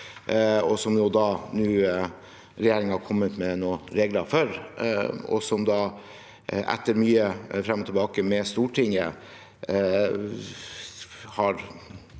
som regjeringen nå har kommet med noen regler for, men som den – etter mye frem og tilbake med Stortinget –